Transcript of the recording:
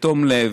בתום לב.